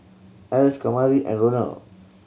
Else Kamari and Ronald